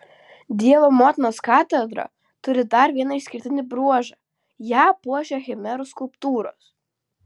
dievo motinos katedra turi dar vieną išskirtinį bruožą ją puošia chimerų skulptūros